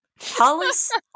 Hollis